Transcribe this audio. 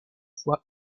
fois